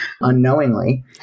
unknowingly